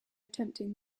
attempting